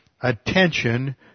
attention